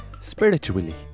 Spiritually